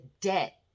debt